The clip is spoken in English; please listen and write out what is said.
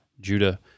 Judah